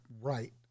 right